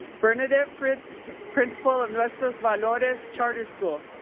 bernadette fritz, principal of nuestros valores charter school.